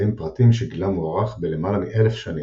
בהם פרטים שגילם מוערך בלמעלה מאלף שנים,